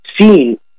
seen